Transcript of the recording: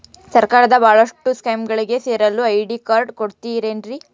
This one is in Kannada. ಸರ್ಕಾರದ ಬಹಳಷ್ಟು ಸ್ಕೇಮುಗಳಿಗೆ ಸೇರಲು ಐ.ಡಿ ಕಾರ್ಡ್ ಕೊಡುತ್ತಾರೇನ್ರಿ?